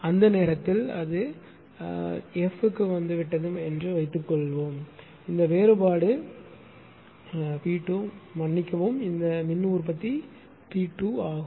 எனவே அந்த நேரத்தில் அது F க்கு வந்துவிட்டது என்று வைத்துக்கொள்வோம் இந்த வேறுபாடு P 2 மன்னிக்கவும் இந்த மின் உற்பத்தி P 2 ஆகும்